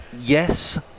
yes